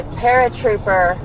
paratrooper